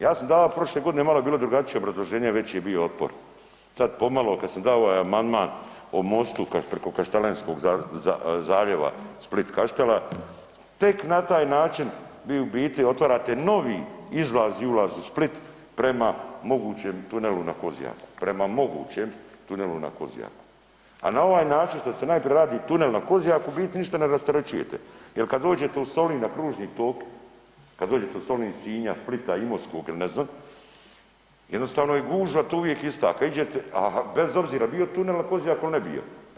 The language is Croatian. Ja sam davao prošle godine malo je bilo drugačije obrazloženje veći je bio otpor, sad pomalo kad sam dao ovaj amandman o mostu preko Kaštelanskog zaljeva Split – Kaštela tek na taj način vi u biti otvarate novi izlaz i ulaz u Split prema mogućem tunelu na Kozjaku, prema mogućem tunelu na Kozjaku, a na ovaj način što se najprije radi tunel na Kozjaku u biti ništa ne rasterećujete jer kad dođete u Solin na kružni tok, kad dođete u Solin iz Sinja, Splita, Imotskog ili ne znam jednostavno je gužva tu uvijek ista, kad iđete, a bez obzira bio tunel na Kozjaku il ne bio.